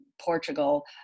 Portugal